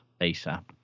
ASAP